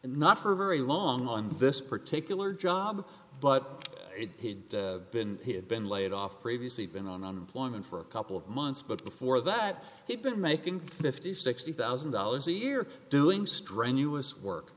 and not for very long on this particular job but it did been he had been laid off previously been on unemployment for a couple of months but before that he'd been making fifty sixty thousand dollars a year doing strenuous work